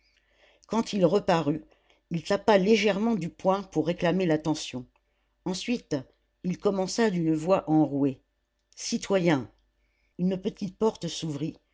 quand il reparut il tapa légèrement du poing pour réclamer l'attention ensuite il commença d'une voix enrouée citoyens une petite porte s'ouvrit